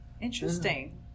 Interesting